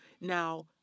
Now